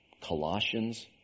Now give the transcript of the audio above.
Colossians